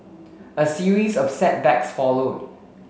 a series of setbacks followed